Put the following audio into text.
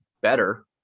better